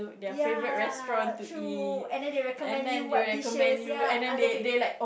ya true and then they recommend you what dishes ya I love it